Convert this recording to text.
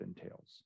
entails